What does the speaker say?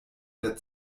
der